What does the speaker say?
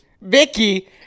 Vicky